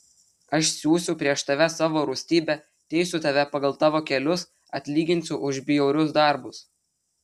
aš siųsiu prieš tave savo rūstybę teisiu tave pagal tavo kelius atlyginsiu už bjaurius darbus